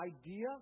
idea